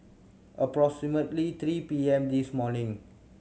approximately three P M this morning